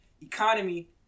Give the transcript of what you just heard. Economy